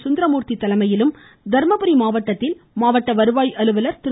சுந்தரமூர்த்தி தலைமையிலும் தர்மபுரி மாவட்டத்தில் மாவட்ட வருவாய் அலுவலர் திரு